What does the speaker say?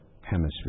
hemisphere